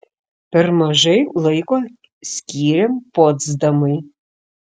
per mažai laiko skyrėm potsdamui